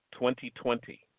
2020